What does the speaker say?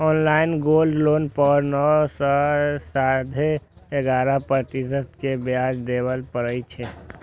online gold loan पर नौ सं साढ़े ग्यारह प्रतिशत के ब्याज देबय पड़ै छै